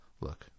Look